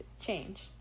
change